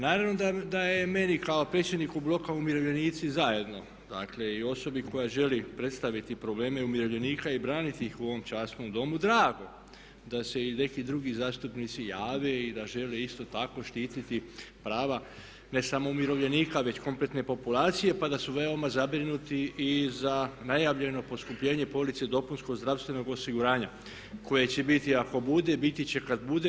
Naravno da je meni kao predsjedniku Bloka umirovljenici zajedno, dakle i osobi koja želi predstaviti probleme umirovljenika i braniti ih u ovom časnom Domu drago da se i neki drugi zastupnici jave i da žele isto tako štititi prava ne samo umirovljenika već kompletne populacije pa da su veoma zabrinuti i za najavljeno poskupljenje police dopunskog zdravstvenog osiguranja koje će biti ako bude i biti će kad bude.